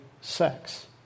sex